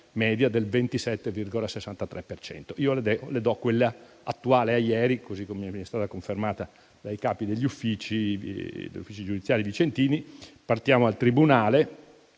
media del 27,63 per cento. Le do quella attuale, a ieri, così come mi è stata confermata dai capi degli uffici giudiziari vicentini. Partiamo dal tribunale: